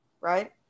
right